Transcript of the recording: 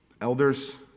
Elders